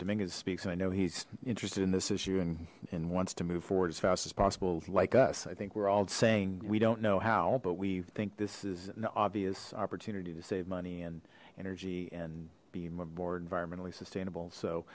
dominguez speaks i know he's interested in this issue and and wants to move forward as fast as possible like us i think we're all saying we don't know how but we think this is an obvious opportunity to save money and energy and be more environmentally sustainable